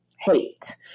hate